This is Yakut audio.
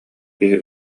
киһи